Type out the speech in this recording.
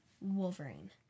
Wolverine